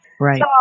Right